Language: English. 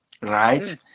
right